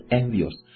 envious